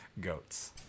goats